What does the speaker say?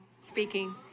speaking